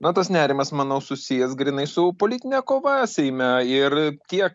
na tas nerimas manau susijęs grynai su politine kova seime ir tie